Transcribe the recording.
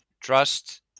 trust